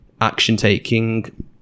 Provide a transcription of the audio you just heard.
action-taking